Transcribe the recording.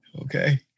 Okay